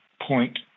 point